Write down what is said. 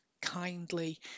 kindly